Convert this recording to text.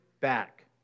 back